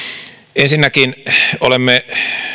ensinnäkin olemme